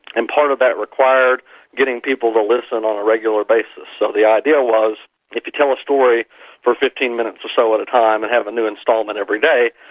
and part of that required getting people to listen on a regular basis, so the idea was if you tell a story for fifteen minutes or so at a time and have a new instalment every day,